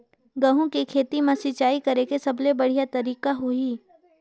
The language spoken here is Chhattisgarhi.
गंहू के खेती मां सिंचाई करेके सबले बढ़िया तरीका होही?